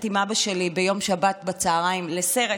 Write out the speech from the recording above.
עם אבא שלי ביום שבת בצוהריים לסרט,